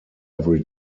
every